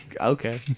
okay